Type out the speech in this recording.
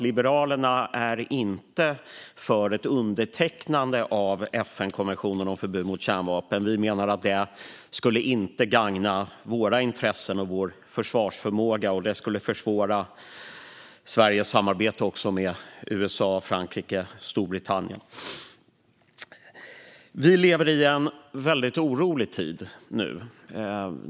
Liberalerna är inte för ett undertecknande av FN-konventionen om förbud mot kärnvapen. Vi menar att det inte skulle gagna våra intressen och vår försvarsförmåga. Det skulle försvåra Sveriges samarbete med USA, Frankrike och Storbritannien. Vi lever i en väldigt orolig tid.